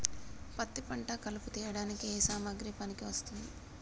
పత్తి పంట కలుపు తీయడానికి ఏ సామాగ్రి పనికి వస్తుంది?